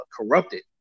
corrupted